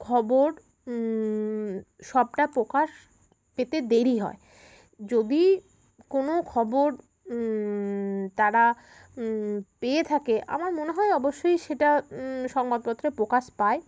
খবর সবটা প্রকাশ পেতে দেরি হয় যদি কোনো খবর তারা পেয়ে থাকে আমার মনে হয় অবশ্যই সেটা সংবাদপত্রে প্রকাশ পায়